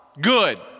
good